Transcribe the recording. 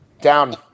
Down